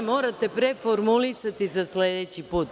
Morate preformulisati za sledeći put.